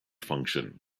function